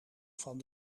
van